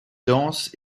dense